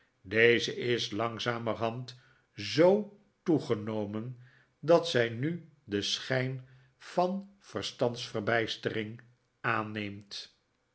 deze is langzamerhand zoo toegenomen dat zij nu den schijn van verstandsverbijstering aanneemt